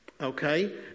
okay